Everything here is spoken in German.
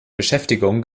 beschäftigung